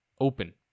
open